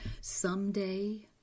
someday